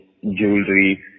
jewelry